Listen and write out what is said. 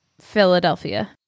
Philadelphia